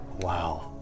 Wow